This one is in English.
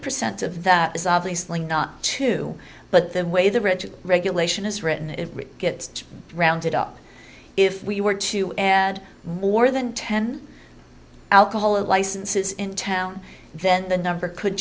percent of that is obviously not too but the way the rich regulation is written if it gets rounded up if we were to add more than ten alcohol licenses in town then the number could